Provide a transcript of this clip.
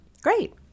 Great